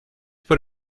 put